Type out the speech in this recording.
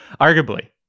Arguably